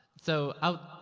so, out,